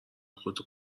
خودتو